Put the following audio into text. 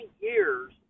years